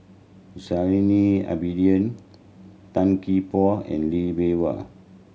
Zainal Abidin Tan Gee Paw and Lee Bee Wah